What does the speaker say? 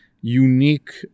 unique